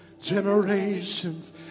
generations